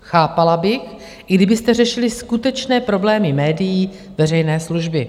Chápala bych, kdybyste řešili skutečné problémy médií veřejné služby.